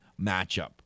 matchup